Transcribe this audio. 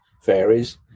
fairies